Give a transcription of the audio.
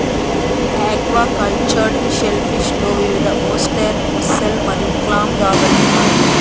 aquacultured షెల్ఫిష్లో వివిధఓస్టెర్, mussel మరియు క్లామ్ జాతులు ఉన్నాయి